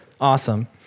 Awesome